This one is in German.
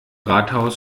rathaus